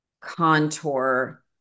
contour